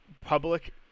public